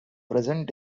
present